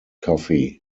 coffee